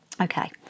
okay